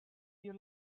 you